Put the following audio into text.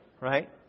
Right